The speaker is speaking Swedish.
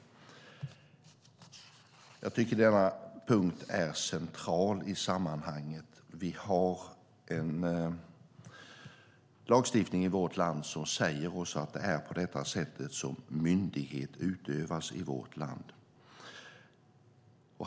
Jag tycker att denna punkt är central i sammanhanget. Vi har en lagstiftning som säger att det är på detta sätt som myndighet utövas i vårt land.